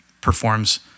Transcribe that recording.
performs